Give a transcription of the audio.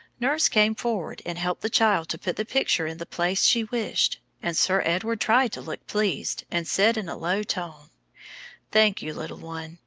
nurse came forward and helped the child to put the picture in the place she wished and sir edward tried to look pleased, and said in a low tone thank you, little one,